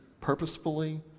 purposefully